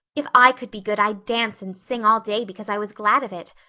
if i could be good i'd dance and sing all day because i was glad of it.